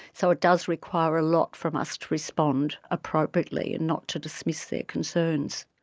so it does require a lot from us to respond appropriately and not to dismiss their concerns.